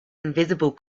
invisible